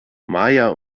maja